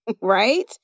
right